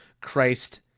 Christ